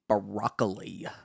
Broccoli